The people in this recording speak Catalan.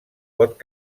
pot